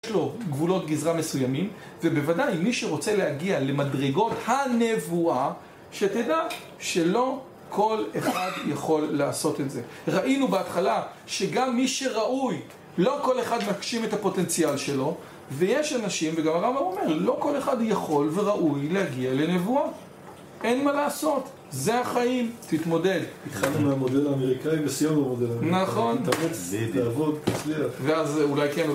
יש לו גבולות גזרה מסוימים ובוודאי מי שרוצה להגיע למדרגות הנבואה, שתדע שלא כל אחד יכול לעשות את זה. ראינו בהתחלה שגם מי שראוי, לא כל אחד מגשים את הפוטנציאל שלו. ויש אנשים, וגם הרמב״ם אומר, לא כל אחד יכול וראוי להגיע לנבואה. אין מה לעשות זה החיים, תתמודד. התחלנו מהמודל האמריקאי וסיימנו המודל האמריקאי נכון. תתאמץ. תעבוד. תצליח